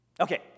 Okay